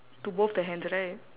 to both the hands right